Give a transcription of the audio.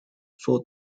full